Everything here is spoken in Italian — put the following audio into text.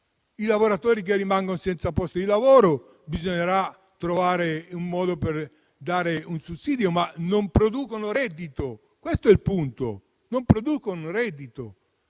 i lavoratori che rimangono senza posto di lavoro bisognerà trovare il modo di dare loro un sussidio, ma non producono reddito. Questo è il punto: non producono reddito